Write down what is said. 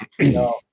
No